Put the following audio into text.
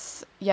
um